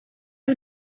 our